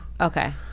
Okay